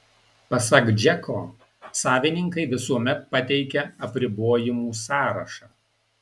pasak džeko savininkai visuomet pateikia apribojimų sąrašą